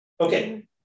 Okay